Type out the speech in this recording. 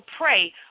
pray